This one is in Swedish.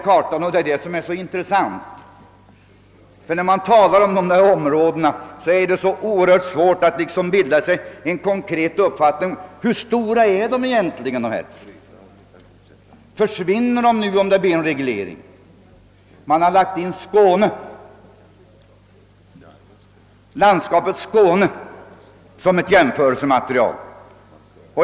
Kartan är mycket intressant, ty när man talar om dessa områden är det så oerhört svårt att bilda sig en konkret uppfattning om hur stora de egentligen är. Landskapet Skåne är inlagt som jämförelsematerial.